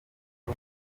y’u